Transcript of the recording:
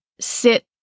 sit